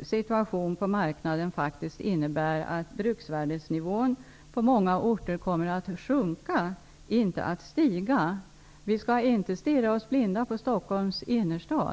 situationen på marknaden, faktiskt innebär att bruksvärdesnivån på många orter kommer att sjunka -- inte att stiga. Vi skall inte stirra oss blinda på Stockholms innerstad.